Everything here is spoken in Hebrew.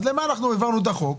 אז למה העברנו את החוק?